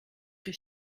que